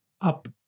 up